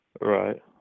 Right